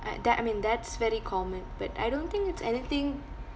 uh that I mean that's very common but I don't think it's anything